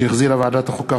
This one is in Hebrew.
שהחזירה ועדת החוקה,